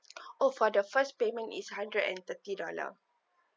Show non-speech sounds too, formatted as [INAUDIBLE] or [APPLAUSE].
[BREATH] oh for the first payment is hundred and thirty dollar